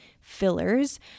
fillers